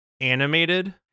animated